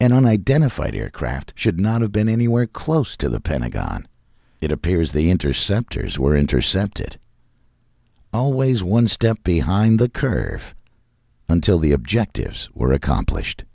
and an identified aircraft should not have been anywhere close to the pentagon it appears the interceptors were intercepted always one step behind the curve until the objectives were accomplished